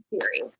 Theory